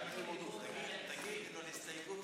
ואחד, תנין, תלאתה.